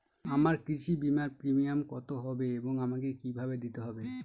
আমার কৃষি বিমার প্রিমিয়াম কত হবে এবং আমাকে কি ভাবে দিতে হবে?